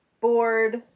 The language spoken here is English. bored